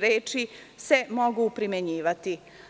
reči: „se mogu primenjivati“